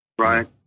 right